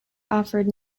offered